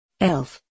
Elf